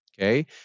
okay